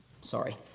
Sorry